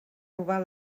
robar